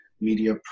media